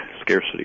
scarcity